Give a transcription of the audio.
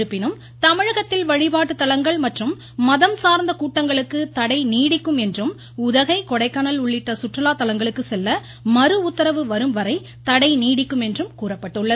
இருப்பினும் தமிழகத்தில் வழிபாட்டுத்தலங்கள் மற்றும் மதம்சாா்ந்த கூட்டங்களுக்கு தடை நீடிக்கும் என்றும் உதகை கொடைக்கானல் உள்ளிட்ட சுற்றுலாத் தலங்களுக்கு செல்ல மறு உத்தரவு வரும் வரை தடை நீடிக்கும் என்றும் கூறப்பட்டுள்ளது